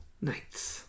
nights